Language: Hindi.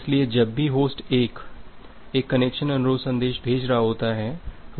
इसलिए जब भी होस्ट 1 एक कनेक्शन अनुरोध संदेश भेज रहा होता है